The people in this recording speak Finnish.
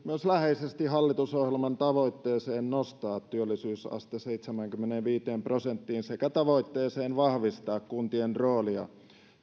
läheisesti myös hallitusohjelman tavoitteeseen nostaa työllisyysaste seitsemäänkymmeneenviiteen prosenttiin sekä tavoitteeseen vahvistaa kuntien roolia